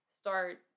start